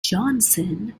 johnson